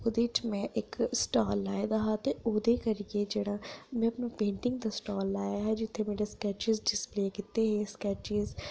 ओह्दे च में इक स्टाल लाए दा हा ओह् दे करिये जेह्ड़ा में अपनी पेंटिंग दा स्टाल लाया हा जित्थै मेरे स्कैचिस डिस्पले कीत्ते हे